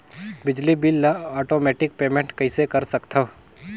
बिजली बिल ल automatic payment कइसे कर सकथव?